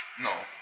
No